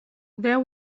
there